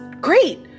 great